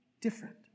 different